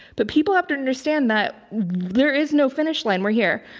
but people have to understand that there is no finish line. we're here.